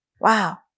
Wow